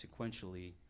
sequentially